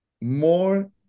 more